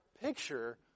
picture